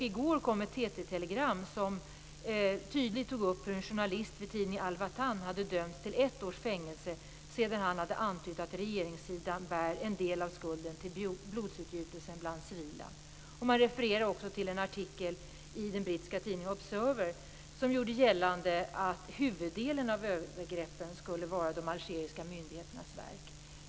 I går kom ett TT telegram som tog upp hur en journalist vid tidningen al-Watan hade dömts till ett års fängelse sedan han hade antytt att regeringssidan bär en del av skulden till blodsutgjutelsen bland civila. Man refererar också till en artikel i den brittiska tidningen The Observer, som gjorde gällande att huvuddelen av övergreppen skulle vara de algeriska myndigheternas verk.